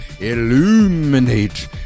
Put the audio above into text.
illuminate